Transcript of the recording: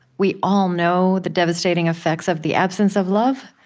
we all know the devastating effects of the absence of love,